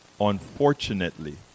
unfortunately